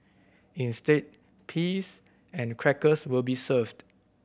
instead peas and crackers will be served